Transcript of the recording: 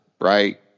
right